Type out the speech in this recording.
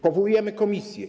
Powołujemy komisję.